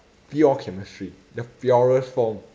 pure chemistry the purest form